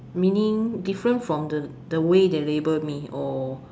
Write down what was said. meaning different from the the way they label me or